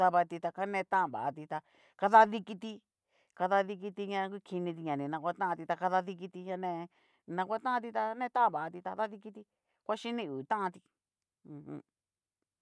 Dabati ta ka nea vatanti ta kadadikiti, kadadikiti ña kukiniti ña ni naguatanti ta kadadikiti ña ne ni naguatanti ta ne va tanti ta dadikiti ngua xhiki hu tanti ujum.